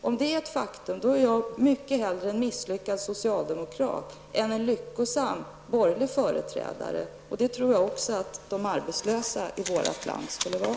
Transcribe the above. Om det är ett faktum, då är jag mycket hellre en misslyckad socialdemokrat än en lyckosam borgerlig företrädare, och det tror jag också att de arbetslösa i vårt land skulle vara.